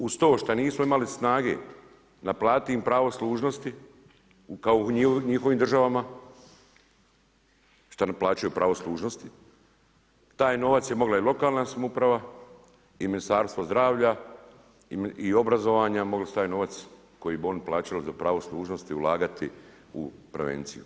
Uz to što nismo imali snage da platim pravo služnosti kao u njihovim državama, što naplaćuju pravo služnosti, taj novac je mogla i lokalna samouprava i ministarstvo zdravlja i obrazovanja, mogli su taj novac koji bi oni plaćali za pravo služnosti ulagati u prevenciju.